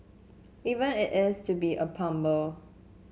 even if it's to be a plumber